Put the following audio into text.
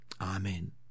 Amen